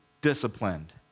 disciplined